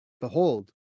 Behold